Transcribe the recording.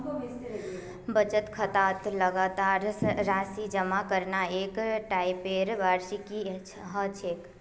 बचत खातात लगातार राशि जमा करना एक टाइपेर वार्षिकी ह छेक